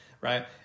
right